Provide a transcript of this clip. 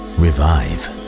revive